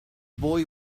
boy